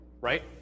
right